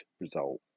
result